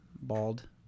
bald –